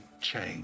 change